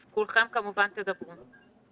אז כולכם כמובן תדברו.